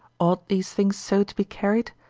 ought these things so to be carried?